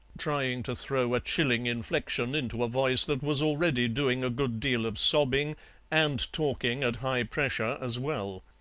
trying to throw a chilling inflection into a voice that was already doing a good deal of sobbing and talking at high pressure as well.